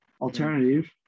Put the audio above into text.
alternative